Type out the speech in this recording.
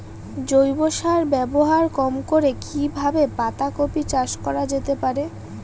জৈব সার ব্যবহার কম করে কি কিভাবে পাতা কপি চাষ করা যেতে পারে?